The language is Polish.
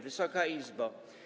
Wysoka Izbo!